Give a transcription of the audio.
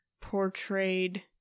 portrayed